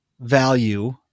value